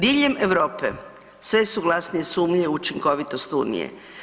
Diljem Europe sve su glasnije sumnje u učinkovitost Unije.